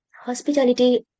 hospitality